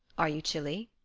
are you chilly?